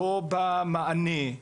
לא במענה,